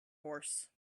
horse